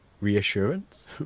reassurance